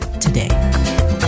today